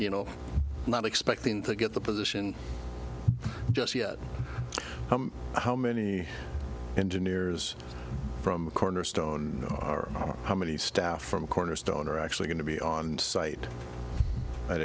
you know not expecting to get the position just yet how many engineers from cornerstone know how many staff from cornerstone are actually going to be on site at